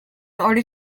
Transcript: order